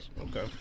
okay